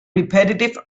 repetitive